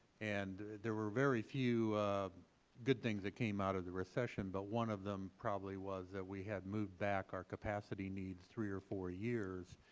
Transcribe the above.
and there were very few good things that came out of the recession, but one of them probably was we had moved back our capacity needs three or four years.